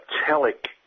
metallic